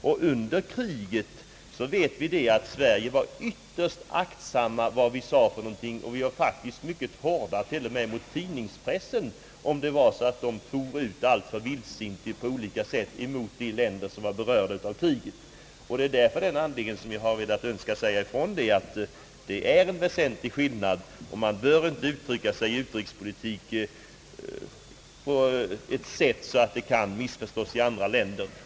Vi vet att vi i Sverige under andra världskriget var ytterst försiktiga med vad vi sade, och vi var faktiskt mycket hårda t.o.m. mot tidningspressen, om den for ut alltför vildsint på olika sätt mot de länder som var berörda av kriget. Därför har jag velat säga ifrån att det är en väsentlig skillnad och att man inte bör uttrycka sig i utrikespolitik på ett sådant sätt att det kan missförstås i andra länder.